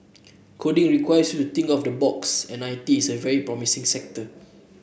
coding requires you to think out of the box and I T is a very promising sector